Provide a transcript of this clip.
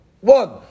one